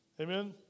Amen